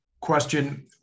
question